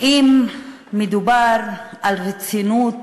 מדובר על רצינות,